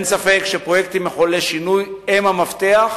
אין ספק שפרויקטים מחוללי שינוי הם המפתח,